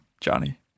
Johnny